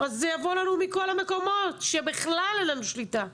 אז זה יבוא לנו מכל המקומות שבכלל אין לנו שליטה.